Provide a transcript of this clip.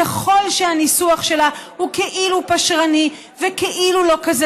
ככל שהניסוח שלה הוא כאילו פשרני וכאילו לא כזה